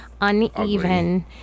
uneven